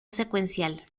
secuencial